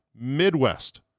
Midwest